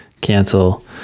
cancel